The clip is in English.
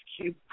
Cube